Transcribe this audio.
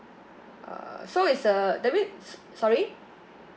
uh so is uh that means sorry